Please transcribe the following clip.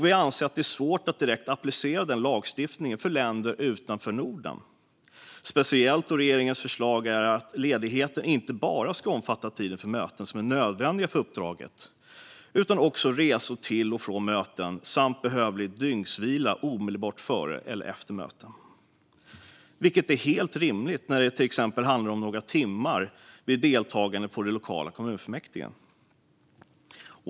Vi anser att det är svårt att direkt applicera den lagstiftningen på länder utanför Norden, speciellt då regeringens förslag är att ledigheten inte bara ska omfatta tiden för de möten som är nödvändiga för uppdraget utan också resor till och från möten samt behövlig dygnsvila omedelbart före eller efter möten. Detta är helt rimligt när det till exempel handlar om några timmars deltagande vid det lokala kommunfullmäktige.